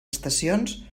estacions